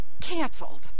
canceled